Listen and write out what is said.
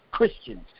Christians